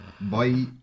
Bye